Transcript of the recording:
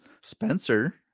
Spencer